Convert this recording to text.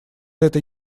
этой